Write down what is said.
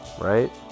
right